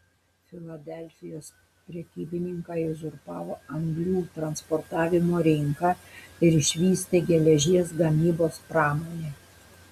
filadelfijos prekybininkai uzurpavo anglių transportavimo rinką ir išvystė geležies gamybos pramonę